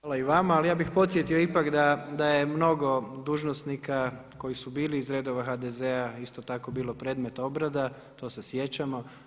Hvala i vama ali ja bih podsjetio ipak da je mnogo dužnosnika koji su bili iz redova HDZ-a isto tako bilo predmet obrada, to se sjećamo.